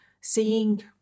seeing